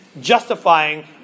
justifying